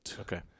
Okay